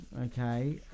Okay